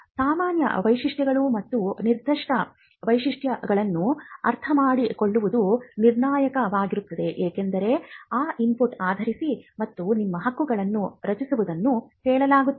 ಸಾಮಾನ್ಯ ವೈಶಿಷ್ಟ್ಯಗಳು ಮತ್ತು ನಿರ್ದಿಷ್ಟ ವೈಶಿಷ್ಟ್ಯಗಳನ್ನು ಅರ್ಥಮಾಡಿಕೊಳ್ಳುವುದು ನಿರ್ಣಾಯಕವಾಗಿರುತ್ತದೆ ಏಕೆಂದರೆ ಆ ಇನ್ಪುಟ್ ಆಧರಿಸಿ ಮತ್ತು ನಿಮ್ಮ ಹಕ್ಕನ್ನು ರಚಿಸುವುದನ್ನು ಹೇಳಲಾಗುತ್ತದೆ